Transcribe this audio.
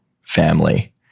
family